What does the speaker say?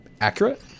accurate